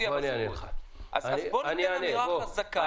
אז בוא ניתן אמירה חזקה,